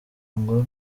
ngo